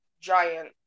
giant